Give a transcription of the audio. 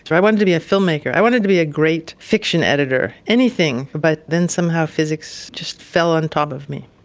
i wanted to be a filmmaker, i wanted to be a great fiction editor, anything, but then somehow physics just fell on top of me.